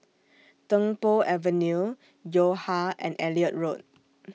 Tung Po Avenue Yo Ha and Elliot Road